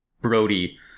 Brody